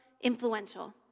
influential